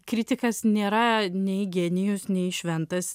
kritikas nėra nei genijus nei šventas